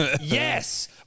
Yes